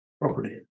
properly